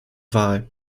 wahl